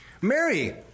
Mary